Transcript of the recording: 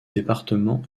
département